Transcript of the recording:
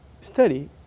study